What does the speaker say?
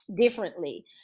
differently